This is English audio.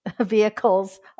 vehicles